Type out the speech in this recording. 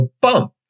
bump